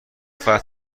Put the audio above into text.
فتح